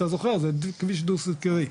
'אתה זוכר זה כביש דו סטרי',